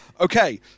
okay